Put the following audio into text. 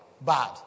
Bad